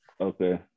Okay